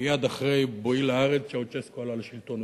מייד אחרי בואי לארץ צ'אושסקו עלה לשלטון.